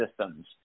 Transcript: systems